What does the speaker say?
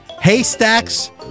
Haystack's